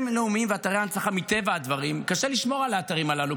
אתרים לאומיים ואתרי הנצחה קשה לשמור על האתרים הללו,